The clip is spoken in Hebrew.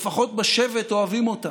לפחות בשבט אוהבים אותם.